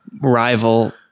rival